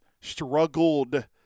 struggled